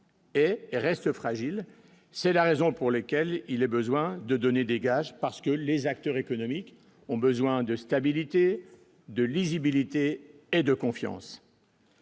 Et reste fragile, c'est la raison pour laquelle il est besoin de donner des gages, parce que les acteurs économiques ont besoin de stabilité et de lisibilité et de confiance.